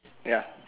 ya